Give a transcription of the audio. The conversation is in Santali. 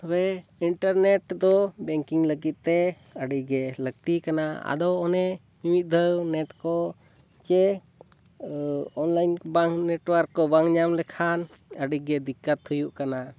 ᱛᱚᱵᱮ ᱤᱱᱴᱟᱨᱱᱮᱹᱴ ᱫᱚ ᱵᱮᱝᱠᱤᱝ ᱞᱟᱹᱜᱤᱫ ᱛᱮ ᱟᱹᱰᱤ ᱜᱮ ᱞᱟᱹᱠᱛᱤ ᱠᱟᱱᱟ ᱟᱫᱚ ᱚᱱᱮ ᱢᱤᱢᱤᱫ ᱫᱷᱟᱣ ᱱᱮᱹᱴ ᱠᱚ ᱥᱮ ᱚᱱᱞᱟᱭᱤᱱ ᱵᱟᱝ ᱱᱮᱹᱴᱣᱟᱨᱠ ᱠᱚ ᱵᱟᱝ ᱧᱟᱢ ᱞᱮᱠᱷᱟᱱ ᱟᱹᱰᱤ ᱜᱮ ᱫᱤᱠᱠᱚᱛ ᱦᱩᱭᱩᱜ ᱠᱟᱱᱟ